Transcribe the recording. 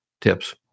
tips